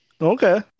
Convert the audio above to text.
Okay